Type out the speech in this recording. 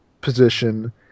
position